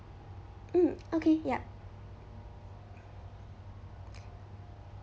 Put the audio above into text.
mm okay yup